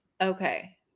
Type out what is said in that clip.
Okay